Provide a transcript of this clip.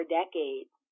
decades